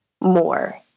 more